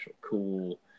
cool